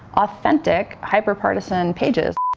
authentic, hyper-partisan pages.